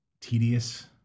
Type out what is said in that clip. tedious